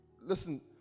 listen